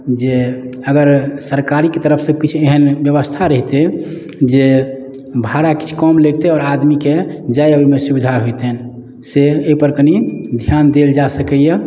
जे अगर सरकार के तरफ से किछु एहन व्यवस्था रहिते जे भाड़ा किछु कम लगिते आओर आदमी के जै अबै मे सुविधा होइतनि से एहि पर कनी ध्यान देल जा सकैया